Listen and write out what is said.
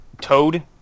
Toad